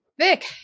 Vic